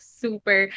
super